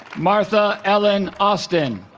martha ellen austin